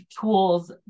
tools